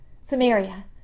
Samaria